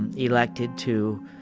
and elected to,